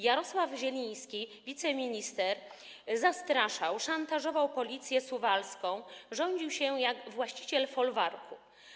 Jarosław Zieliński, wiceminister, zastraszał, szantażował Policję suwalską, rządził się jak właściciel folwarku.